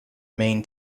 main